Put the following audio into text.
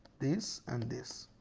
this and this.